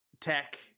tech